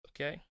okay